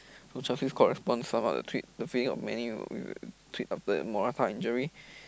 so Chelsea corresponds some of the tweet the feeling Man-U will tweet after the Morata injury